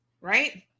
right